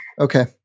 Okay